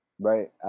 Right